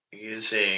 using